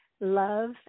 love